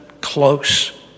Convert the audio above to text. close